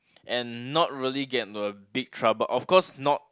and not really get into a big trouble of course not